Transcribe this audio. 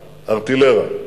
ארטילריה.